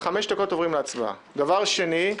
איציק,